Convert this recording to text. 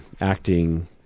acting